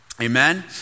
Amen